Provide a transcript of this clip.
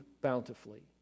bountifully